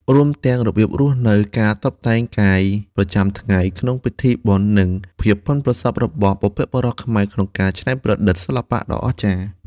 រួមទាំងរបៀបរស់នៅ (ការតុបតែងកាយប្រចាំថ្ងៃ ឬក្នុងពិធីបុណ្យ) និង ភាពប៉ិនប្រសប់របស់បុព្វបុរសខ្មែរក្នុងការច្នៃប្រឌិតសិល្បៈដ៏អស្ចារ្យ។